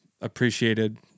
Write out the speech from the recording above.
appreciated